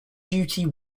duty